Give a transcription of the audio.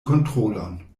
kontrolon